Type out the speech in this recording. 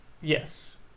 yes